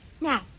Now